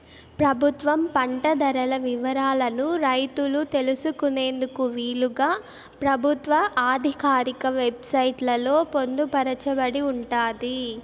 ప్రభుత్వం పంట ధరల వివరాలను రైతులు తెలుసుకునేందుకు వీలుగా ప్రభుత్వ ఆధికారిక వెబ్ సైట్ లలో పొందుపరచబడి ఉంటాది